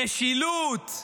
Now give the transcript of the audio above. משילות.